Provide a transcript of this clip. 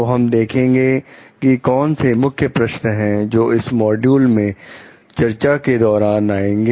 तो हम देखेंगे कि कौन से मुख्य प्रश्न है जो इस मॉड्यूल में चर्चा के दौरान आएंगे